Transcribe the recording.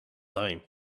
time